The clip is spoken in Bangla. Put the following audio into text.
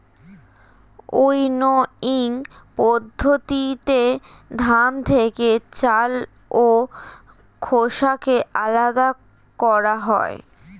উইনোইং পদ্ধতিতে ধান থেকে চাল ও খোসাকে আলাদা করা হয়